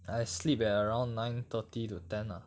I sleep at around nine thirty to ten ah